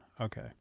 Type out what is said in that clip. Okay